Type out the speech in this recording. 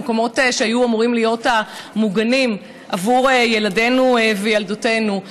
במקומות שהיו אמורים להיות המוגנים עבור ילדינו ילדותנו.